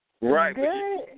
Right